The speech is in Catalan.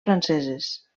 franceses